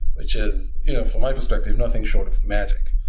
which is for my perspective nothing short of magic.